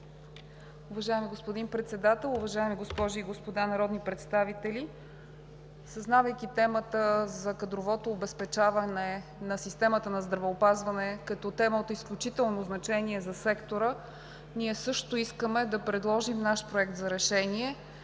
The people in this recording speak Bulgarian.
Уважаеми господин Председател, уважаеми госпожи и господа народни представители! Съзнавайки темата за кадровото обезпечаване на системата на здравеопазване като тема от изключително значение за сектора, ние също искаме да предложим наш Проект за решение,